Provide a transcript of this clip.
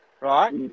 Right